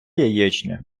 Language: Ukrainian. яєчня